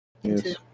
Yes